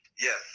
Yes